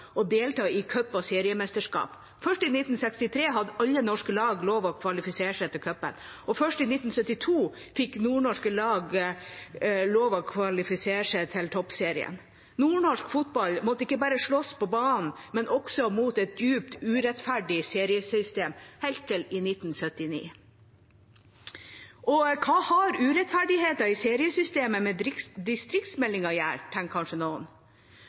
delta i cup- og seriemesterskap. Først i 1963 hadde alle norske lag lov å kvalifisere seg til cupen, og først i 1972 fikk nordnorske lag lov å kvalifisere seg til toppserien. Nordnorsk fotball måtte ikke bare slåss på banen, men også mot et dypt urettferdig seriesystem, helt til i 1979. Hva har urettferdigheten i seriesystemet med distriktsmeldinga å gjøre, tenker kanskje noen.